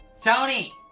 Tony